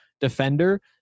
defender